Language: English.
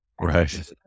Right